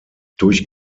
durch